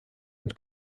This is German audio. und